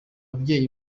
babyeyi